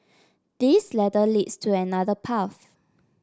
this ladder leads to another path